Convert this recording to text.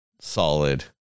Solid